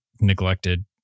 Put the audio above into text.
neglected